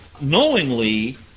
knowingly